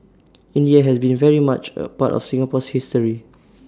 India has been very much A part of Singapore's history